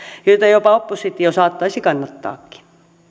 joita jopa oppositio saattaisi kannattaakin